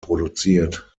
produziert